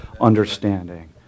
understanding